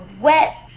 wet